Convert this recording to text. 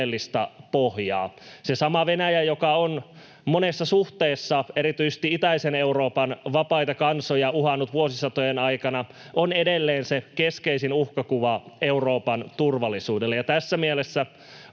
todellista pohjaa. Se sama Venäjä, joka on monessa suhteessa erityisesti itäisen Euroopan vapaita kansoja uhannut vuosisatojen aikana, on edelleen se keskeisin uhkakuva Euroopan turvallisuudelle, ja tässä mielessä